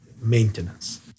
maintenance